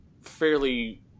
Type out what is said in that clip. fairly